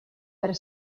per